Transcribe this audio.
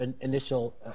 initial